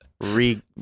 re